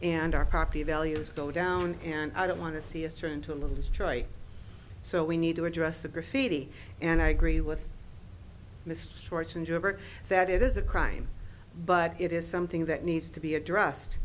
and our property values go down and i don't want to see is trying to lose joy so we need to address the graffiti and i agree with misfortunes over that it is a crime but it is something that needs to be addressed